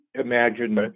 imagine